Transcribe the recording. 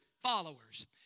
followers